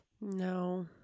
No